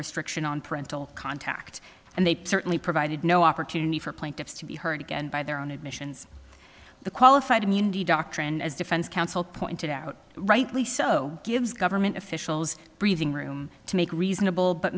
restriction on parental contact and they certainly provided no opportunity for plaintiffs to be heard again by their own admissions the qualified immunity doctrine as defense counsel pointed out rightly so gives government officials breathing room to make